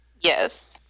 Yes